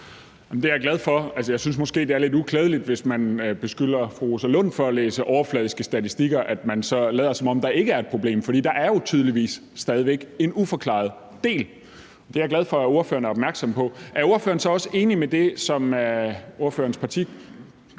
Det er jeg glad for. Jeg synes måske, det er lidt uklædeligt, hvis man beskylder fru Rosa Lund for at læse overfladiske statistikker, at man så lader, som om der ikke er et problem, for der er jo tydeligvis stadig væk en uforklaret del. Det er jeg glad for at ordføreren er opmærksom på. Er ordføreren så også enig i det, som ordførerens